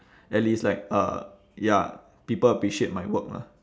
at least like uh ya people appreciate my work lah